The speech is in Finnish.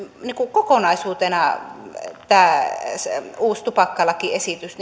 kokonaisuutena tämä uusi tupakkalakiesitys